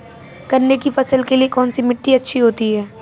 गन्ने की फसल के लिए कौनसी मिट्टी अच्छी होती है?